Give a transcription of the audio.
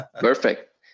perfect